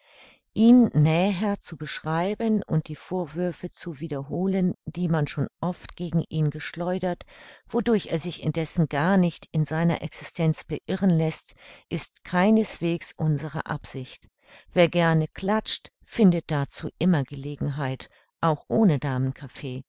ihn näher zu beschreiben und die vorwürfe zu wiederholen die man schon oft gegen ihn geschleudert wodurch er sich indessen gar nicht in seiner existenz beirren läßt ist keineswegs unsere absicht wer gerne klatscht findet dazu immer gelegenheit auch ohne